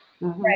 right